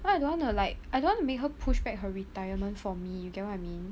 I don't wanna like I don't want to be her push back her retirement for me you get what I mean